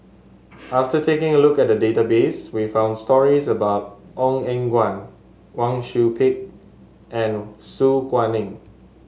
after taking a look at the database we found stories about Ong Eng Guan Wang Sui Pick and Su Guaning